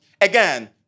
Again